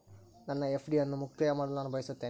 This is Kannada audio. ನನ್ನ ಎಫ್.ಡಿ ಅನ್ನು ಮುಕ್ತಾಯ ಮಾಡಲು ನಾನು ಬಯಸುತ್ತೇನೆ